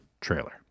trailer